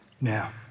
now